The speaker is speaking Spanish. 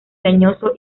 leñoso